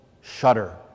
shudder